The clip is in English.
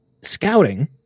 Scouting